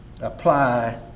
apply